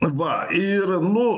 va ir nu